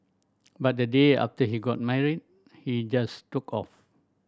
but the day after he got married he just took off